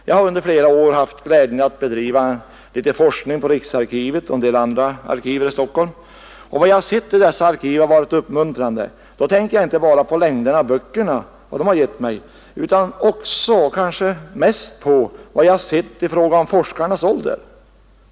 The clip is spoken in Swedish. Jag har under flera år haft glädjen att forska litet på riksarkivet och på en del andra arkiv i Stockholm, och vad jag då har sett i dessa arkiv har varit mycket uppmuntrande. Då tänker jag inte bara på det som längder och böcker har gett mig utan också, och kanske mest, på vad jag har sett i fråga om forskarnas ålder.